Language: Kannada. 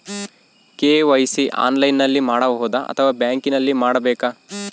ಕೆ.ವೈ.ಸಿ ಆನ್ಲೈನಲ್ಲಿ ಮಾಡಬಹುದಾ ಅಥವಾ ಬ್ಯಾಂಕಿನಲ್ಲಿ ಮಾಡ್ಬೇಕಾ?